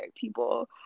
people